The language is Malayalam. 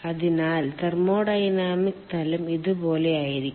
അതിനാൽ തെർമോഡൈനാമിക് തലം ഇതുപോലെയായിരിക്കും